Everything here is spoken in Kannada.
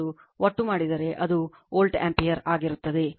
ಮತ್ತು ಒಟ್ಟು ಮಾಡಿದರೆ ಅದು ವೋಲ್ಟ್ ಆಂಪಿಯರ್ ಆಗಿರುತ್ತದೆ